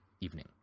evening